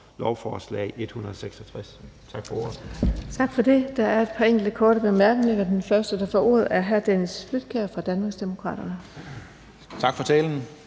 lovforslagene. Tak for ordet.